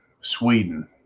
Sweden